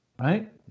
right